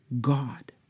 God